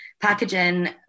packaging